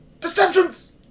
Deceptions